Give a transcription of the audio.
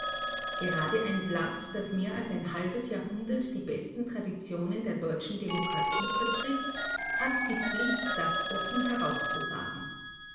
gerade ein blatt das mehr als ein halbes jahrhundert die besten traditionen der deutschen demokratie vertritt hat die pflicht das offen herauszusagen